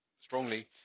strongly